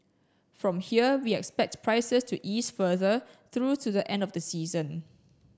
from here we expect prices to ease further through to the end of the season